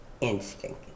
instinct